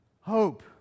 Hope